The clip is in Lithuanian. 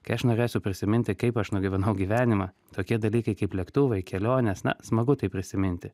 kai aš norėsiu prisiminti kaip aš nugyvenau gyvenimą tokie dalykai kaip lėktuvai kelionės na smagu tai prisiminti